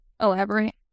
elaborate